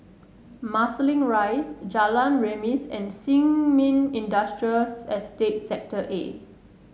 Marsiling Rise Jalan Remis and Sin Ming Industrial Estate Sector A